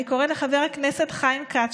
אני קוראת לחבר הכנסת חיים כץ,